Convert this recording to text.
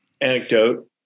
anecdote